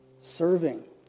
Serving